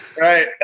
Right